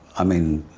i mean,